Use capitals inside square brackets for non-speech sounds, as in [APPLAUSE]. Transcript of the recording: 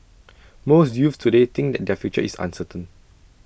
[NOISE] most youths today think that their future is uncertain